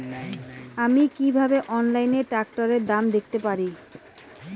আমি কিভাবে অনলাইনে ট্রাক্টরের দাম দেখতে পারি?